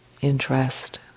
interest